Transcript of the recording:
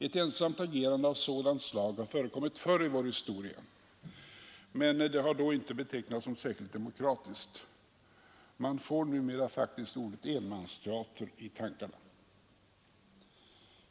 Ett ensamt agerande av sådant slag har förekommit förr i vår historia, men det har då inte betecknats som särskilt demokratiskt. Man får lätt ordet enmansteater i tankarna.